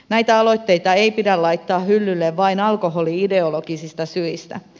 näitä aloitteita ei pidä laittaa hyllylle vain alkoholi ideologisista syistä